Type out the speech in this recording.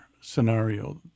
scenario